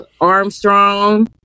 Armstrong